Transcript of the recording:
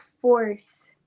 force